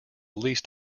least